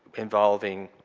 involving